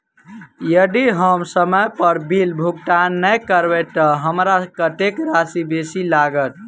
यदि हम समय पर बिल भुगतान नै करबै तऽ हमरा कत्तेक राशि बेसी लागत?